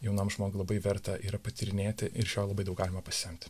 jaunam žmogui labai verta yra patyrinėti ir iš jo labai daug galima pasisemti